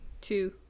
two